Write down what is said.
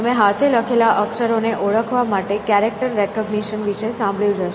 તમે હાથે લખેલા અક્ષરો ને ઓળખવા માટે કેરેક્ટર રેકગ્નિશન વિશે સાંભળ્યું જ હશે